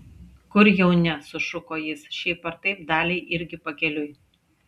kur jau ne sušuko jis šiaip ar taip daliai irgi pakeliui